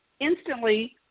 instantly